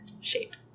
shape